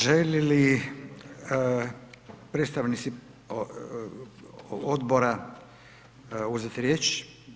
Želi li predstavnici odbora uzeti riječ?